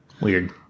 Weird